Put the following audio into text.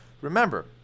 remember